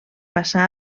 passà